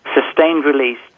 sustained-release